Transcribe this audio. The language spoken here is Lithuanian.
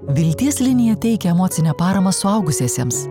vilties linija teikia emocinę paramą suaugusiesiems